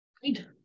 Great